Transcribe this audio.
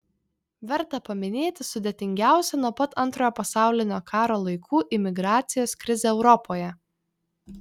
verta paminėti sudėtingiausią nuo pat antrojo pasaulinio karo laikų imigracijos krizę europoje